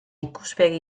ikuspegi